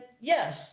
yes